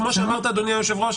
כמו שאמרת אדוני היושב ראש,